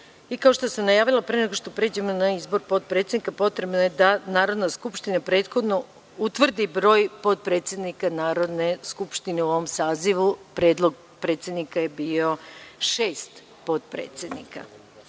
što sam najavila, pre nego što pređemo na izbor potpredsednika Narodne skupštine, potrebno je da Narodna skupština prethodno utvrdi broj potpredsednika Narodne skupštine u ovom sazivu. Predlog predsednika je bio šest potpredsednika. Stavljam